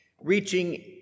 Reaching